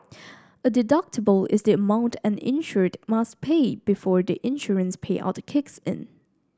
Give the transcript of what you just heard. a deductible is the amount an insured must pay before the insurance payout the kicks in